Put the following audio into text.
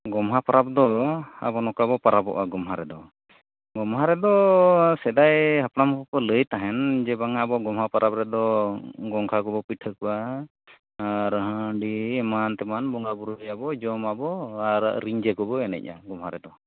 ᱜᱚᱢᱦᱟ ᱯᱟᱨᱟᱵᱽᱫᱚ ᱟᱵᱚ ᱱᱚᱠᱟᱵᱚ ᱯᱟᱨᱟᱵᱚᱜᱼᱟ ᱜᱚᱢᱦᱟᱨᱮᱫᱚ ᱜᱚᱢᱦᱟ ᱨᱮᱫᱚ ᱥᱮᱫᱟᱭ ᱦᱟᱯᱲᱟᱢᱠᱚᱠᱚ ᱞᱟᱹᱭᱛᱟᱦᱮᱱ ᱡᱮ ᱵᱟᱝᱟ ᱟᱵᱚ ᱜᱚᱢᱦᱟ ᱯᱟᱨᱟᱵᱽ ᱨᱮᱫᱚ ᱜᱚᱸᱜᱷᱟᱠᱚᱵᱚ ᱯᱤᱴᱷᱟᱹ ᱠᱚᱣᱟ ᱟᱨ ᱦᱟᱺᱰᱤ ᱮᱢᱟᱱᱼᱛᱮᱢᱟᱱ ᱵᱚᱸᱜᱟᱵᱩᱨᱩ ᱨᱮᱭᱟᱜᱵᱚ ᱡᱚᱢᱟᱵᱚ ᱟᱨ ᱨᱤᱧᱡᱟᱹᱠᱚᱵᱚ ᱮᱱᱮᱡᱟ ᱜᱚᱢᱦᱟᱨᱮᱫᱚ